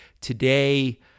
today